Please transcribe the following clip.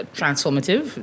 transformative